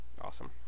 Awesome